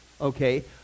okay